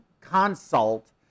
consult